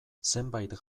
zenbait